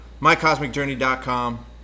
MyCosmicJourney.com